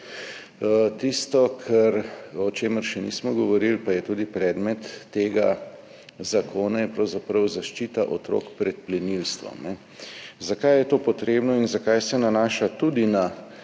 Tisto, o čemer še nismo govorili, pa je tudi predmet tega zakona, je pravzaprav zaščita otrok pred plenilstvom. Zakaj je to potrebno in zakaj se nanaša tudi na